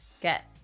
get